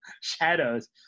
shadows